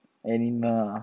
animal ah